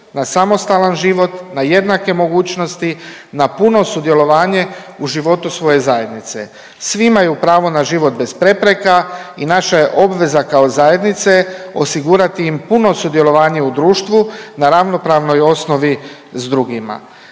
na samostalan život, na jednake mogućnosti, na puno sudjelovanje u životu svoje zajednice. Svi imaju pravo na život bez prepreka i naša je obveza kao zajednice osigurati im puno sudjelovanje u društvu na ravnopravnoj osnovi s drugima.